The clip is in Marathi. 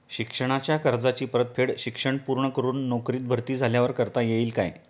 शिक्षणाच्या कर्जाची परतफेड शिक्षण पूर्ण करून नोकरीत भरती झाल्यावर करता येईल काय?